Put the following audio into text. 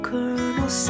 Colonel